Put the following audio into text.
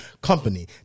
company